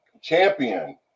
champion